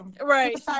right